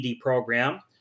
program